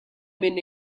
min